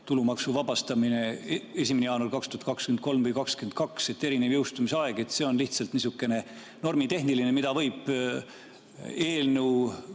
tulumaksust vabastamine 1. jaanuaril 2023 või 2022 – erinev jõustumisaeg –, et see on lihtsalt niisugune normitehniline küsimus, mida võib eelnõu